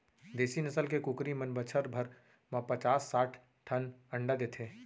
देसी नसल के कुकरी मन बछर भर म पचास साठ ठन अंडा देथे